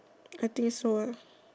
I think so lah